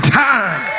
time